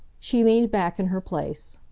she leaned back in her place.